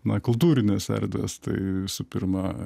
na kultūrinės erdvės tai visų pirmą